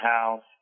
House